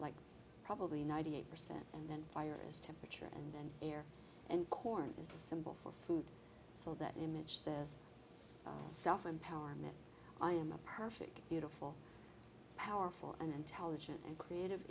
like probably ninety eight percent and then fire is temperature and air and corn is a symbol for food so that image says self empowerment i am a perfect beautiful powerful and intelligent and creative